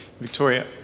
Victoria